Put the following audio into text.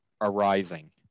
arising